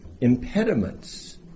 impediments